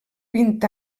vint